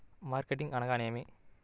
Marketing అనగానేమి?